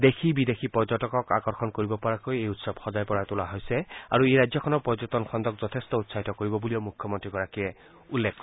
দেশী বিদেশী পৰ্যটকক আকৰ্ষণ কৰিব পৰাকৈ এই উৎসৱ সজাই পৰাই তোলা হৈছে আৰু ই ৰাজ্যখনৰ পৰ্যটন খণ্ডক যথেষ্ট উৎসাহিত কৰিব বুলিও মুখ্যমন্ত্ৰীগৰাকীয়ে উল্লেখ কৰে